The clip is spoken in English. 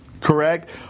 Correct